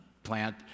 plant